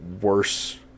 worse